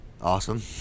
Awesome